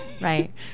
right